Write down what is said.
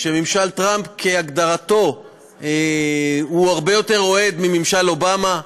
שממשל טראמפ כהגדרתו הוא הרבה יותר אוהד מממשל אובמה,